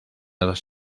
dos